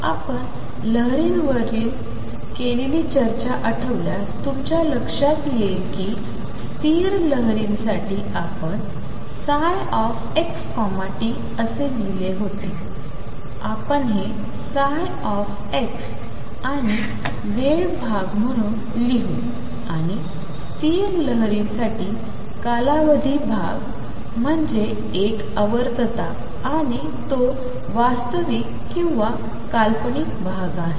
आपण लहरीवर केलेली चर्चा आठवल्यास तुमच्या लक्ष्यात येईल कि स्थिर लहरींसाठी आपण ψxt असे लिहिले होते आपण हे ψ आणि वेळ भाग म्हणून लिहू आणि स्थिर लहरीसाठी कालावधी भाग म्हणजे एक आवर्तता आणि तो वास्तविक किंवा काल्पनिक भाग आहे